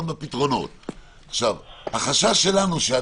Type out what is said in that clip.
החשש שלנו,